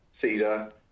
Cedar